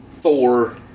Thor